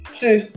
two